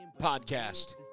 Podcast